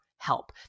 help